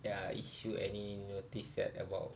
ya issue any notice yet about